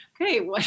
okay